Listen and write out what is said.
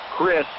Chris